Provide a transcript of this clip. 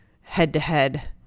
head-to-head